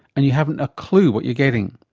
and you haven't a clue what you're getting.